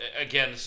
again